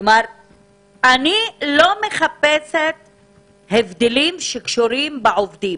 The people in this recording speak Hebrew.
אני לא מחפשת הבדלים שקשורים בעובדים,